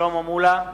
שלמה מולה,